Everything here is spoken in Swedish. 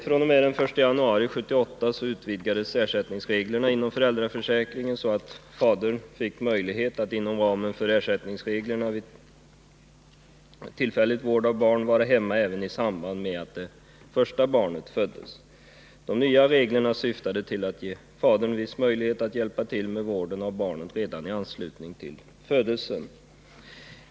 fr.o.m. den 1 januari 1978 utvidgades ersättningsreglerna inom föräldraförsäkringen, så att fadern fick möjlighet att inom ramen för ersättningsreglerna vid tillfällig vård av barn vara hemma även i samband med att det första barnet föddes. De nya reglerna syftade till att ge fadern en viss möjlighet att hjälpa till med vården av barnet redan i anslutning till födelsen.